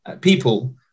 people